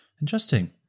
Interesting